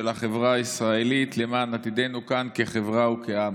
של החברה הישראלית, למען עתידנו כאן כחברה וכעם.